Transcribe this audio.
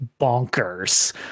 bonkers